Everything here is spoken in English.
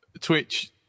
Twitch